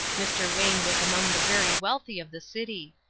mr. wayne was among the very wealthy of the city.